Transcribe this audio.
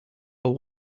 but